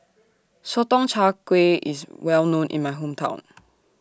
Sotong Char Kway IS Well known in My Hometown